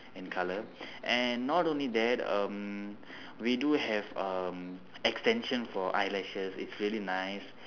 in colour and not only that um we do have um extension for eyelashes it's really nice